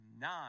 nine